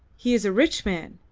he is a rich man.